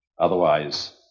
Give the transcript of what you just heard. Otherwise